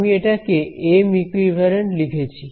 আমি এটাকে M equivalent লিখেছি